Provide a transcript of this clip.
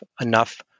enough